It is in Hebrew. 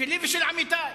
שלי ושל עמיתי: